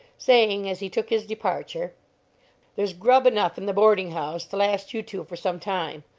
saying, as he took his departure there's grub enough in the boarding-house to last you two for some time,